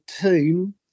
team